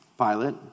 Pilate